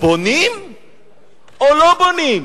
בונים או לא בונים?